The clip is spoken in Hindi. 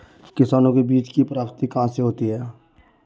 किसानों को बीज की प्राप्ति कहाँ से होती है?